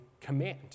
command